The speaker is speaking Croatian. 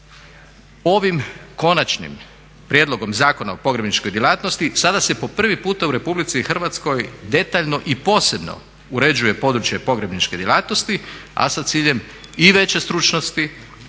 Ovim konačnim prijedlogom zakona o pogrebničkoj djelatnosti sada se po prvi puta u Republici Hrvatskoj detaljno i posebno uređuje područje pogrebničke djelatnosti, a sa ciljem i veće stručnosti